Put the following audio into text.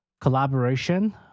collaboration